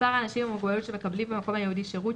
מספר האנשים עם המוגבלות שמקבלים במקום הייעודי שירות,